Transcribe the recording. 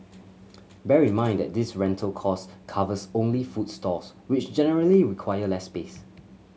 bear in mind that this rental cost covers only food stalls which generally require less space